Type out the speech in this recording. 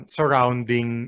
Surrounding